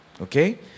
Okay